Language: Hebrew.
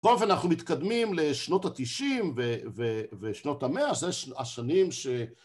טוב, אנחנו מתקדמים לשנות ה-90' ושנות ה-100', זה השנים ש...